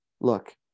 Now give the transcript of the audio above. look